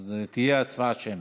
אז תהיה הצבעה שמית.